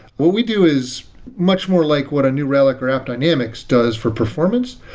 what we do is much more like what a new relic or app dynamics does for performance.